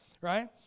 Right